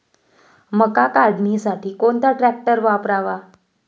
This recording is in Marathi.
मका काढणीसाठी कोणता ट्रॅक्टर वापरावा?